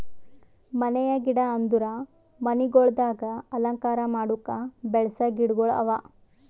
ಮನೆಯ ಗಿಡ ಅಂದುರ್ ಮನಿಗೊಳ್ದಾಗ್ ಅಲಂಕಾರ ಮಾಡುಕ್ ಬೆಳಸ ಗಿಡಗೊಳ್ ಅವಾ